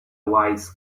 wise